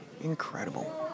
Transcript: Incredible